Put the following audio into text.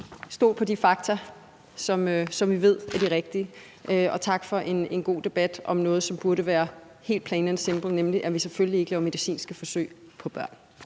Stol på de fakta, som vi ved er de rigtige. Og tak for en god debat om noget, som burde være helt plain and simple, nemlig at vi selvfølgelig ikke laver medicinske forsøg på børn.